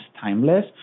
timeless